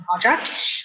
project